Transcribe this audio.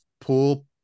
pool